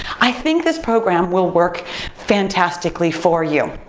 i think this program will work fantastically for you.